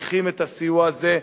צריכים את הסיוע הזה,